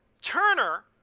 Turner